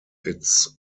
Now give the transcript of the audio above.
its